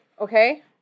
Okay